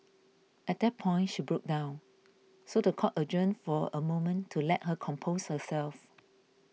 at that point she broke down so the court adjourned for a moment to let her compose her selves